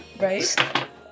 Right